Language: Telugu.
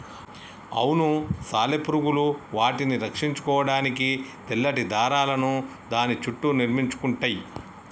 అవును సాలెపురుగులు వాటిని రక్షించుకోడానికి తెల్లటి దారాలను దాని సుట్టూ నిర్మించుకుంటయ్యి